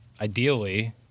Ideally